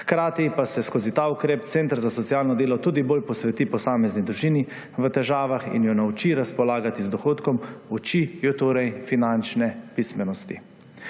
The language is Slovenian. Hkrati pa se skozi ta ukrep center za socialno delo tudi bolj posveti posamezni družini v težavah in jo nauči razpolagati z dohodkom, uči jo torej finančne pismenosti.